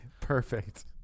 Perfect